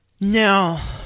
now